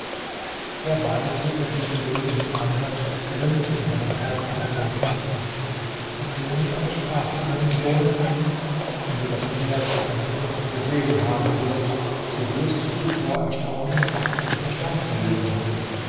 der weise der diese rede mit anhörte ergrimmte in seinem herzen über den prinzen der könig aber sprach zu seinem sohne wenn du das pferd und seine kunst gesehen haben wirst so wirst du vor erstaunen fast den verstand verlieren